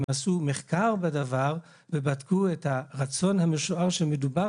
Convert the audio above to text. הם עשו מחקר בדבר ובדקו את הרצון המשוער שמדובר